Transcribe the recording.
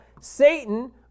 Satan